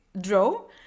draw